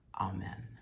Amen